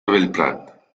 bellprat